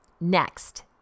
Next